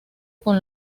con